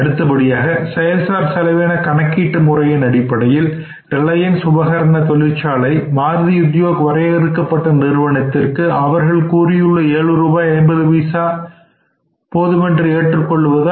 அடுத்தபடியாக செயல் சார் செலவின கணக்கீட்டு முறையில் அடிப்படையில் ரிலையன்ஸ் உபகரண தொழிற்சாலை மாருதி உத்யோக் வரையறுக்கப்பட்ட நிறுவனத்திற்கு அவர்கள் கூறியுள்ள 7 ரூபாய் 50 பைசா போதுமென்று ஏற்றுக்கொள்வதா